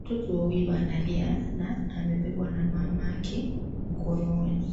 Mtoto huyu, analia na amebebwa na mama yake mikononi.